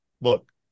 look